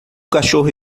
cachorro